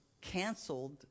canceled